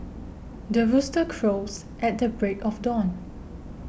the rooster crows at the break of dawn